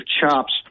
chops